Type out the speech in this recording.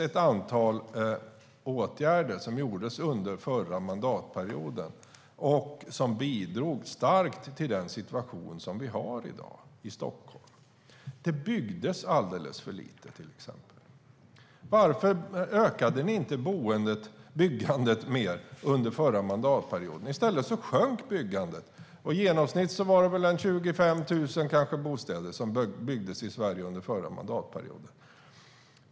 Ett antal åtgärder som vidtogs under förra mandatperioden bidrog starkt till den situation som vi har i dag i Stockholm. Det byggdes till exempel alldeles för litet. Varför ökade ni inte byggandet mer under förra mandatperioden? I stället sjönk byggandet. I genomsnitt var det väl ungefär 25 000 bostäder som byggdes i Sverige under förra mandatperioden.